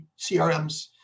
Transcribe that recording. CRMs